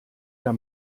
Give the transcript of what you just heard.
der